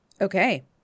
Okay